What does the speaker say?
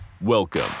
Welcome